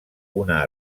una